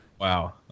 Wow